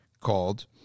called